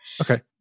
Okay